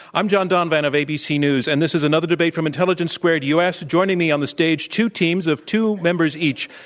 i'm john donvan of abc news, and this is another debate from intelligence squared u. s. joining me on the stage, two teams of two members each